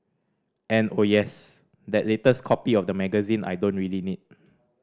and oh yes that latest copy of the magazine I don't really need